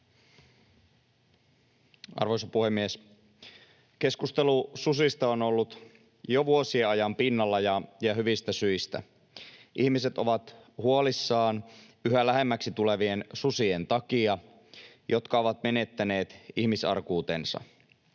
Arvoisa puhemies! Keskustelu susista on ollut jo vuosien ajan pinnalla, ja hyvistä syistä. Ihmiset ovat huolissaan yhä lähemmäksi tulevien susien takia, jotka ovat menettäneet ihmisarkuutensa.